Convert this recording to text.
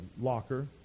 locker